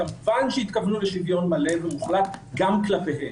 כמובן שהתכוונו לשוויון מלא ומוחלט גם כלפיהם.